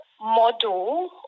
model